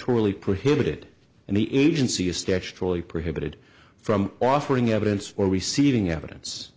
statutorily prohibited and the agency is statutorily prohibited from offering evidence or receiving evidence